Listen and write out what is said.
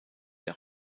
der